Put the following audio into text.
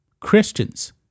Christians